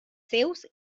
seus